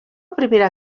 primera